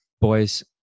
boys